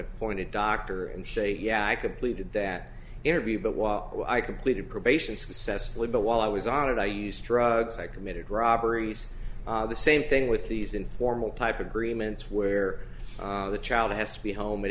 appointed doctor and say yeah i completed that interview but while i completed probation successfully but while i was on it i used drugs i committed robberies the same thing with these informal type agreements where the child has to be home at